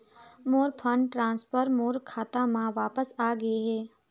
मोर fund transfer मोर खाता म वापस आ गे हे